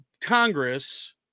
Congress